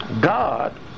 God